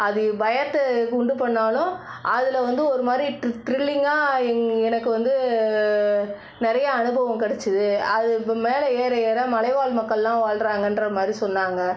அது பயத்தை உண்டு பண்ணிணாலும் அதில் வந்து ஒருமாதிரி ட்ரிக் த்ரிலிங்காக எங் எனக்கு வந்து நிறைய அனுபவம் கிடச்சது அது இப்போ மேலே ஏற ஏற மலைவாழ் மக்களெல்லாம் வாழ்கிறாங்கன்ற மாதிரி சொன்னாங்க